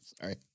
Sorry